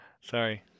Sorry